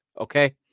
okay